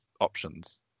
options